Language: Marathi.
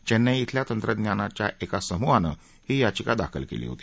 चेन्नई इथल्या तंत्रज्ञांच्या एका समूहानं ही याचिका दाखल केली होती